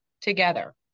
together